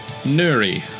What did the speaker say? Nuri